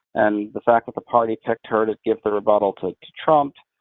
and the fact that the party picked her to give the rebuttal to to trump,